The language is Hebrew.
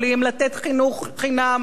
לתת חינוך חינם,